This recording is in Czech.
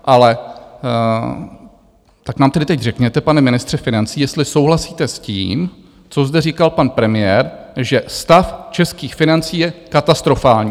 Ale tak nám tedy teď řekněte, pane ministře financí, jestli souhlasíte s tím, co zde říkal pan premiér, že stav českých financí je katastrofální.